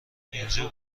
اینجا